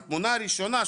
והתמונה הראשונה,